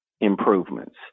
improvements